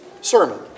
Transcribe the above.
sermon